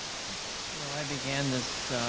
well, i began this